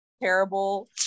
terrible